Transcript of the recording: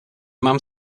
mam